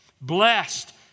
Blessed